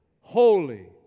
holy